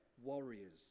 warriors